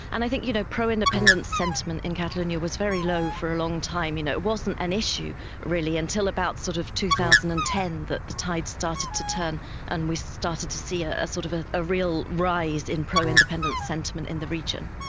and i think you know pro-independent sentiment in catalonia was very low for a long time. you know it wasn't an issue really until about sort of two thousand and ten that the tide started to turn and we started to see ah sort of ah a real rise in pro-independent sentiment in the region.